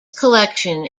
collection